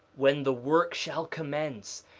when the work shall commence,